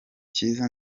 cyiza